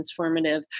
transformative